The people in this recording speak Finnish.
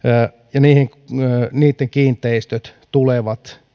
ja niihin liittyvät kiinteistöt tulevat